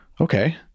okay